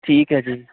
ਠੀਕ ਹੈ ਜੀ